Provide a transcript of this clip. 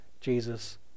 Jesus